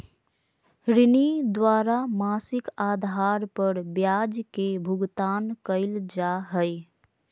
ऋणी द्वारा मासिक आधार पर ब्याज के भुगतान कइल जा हइ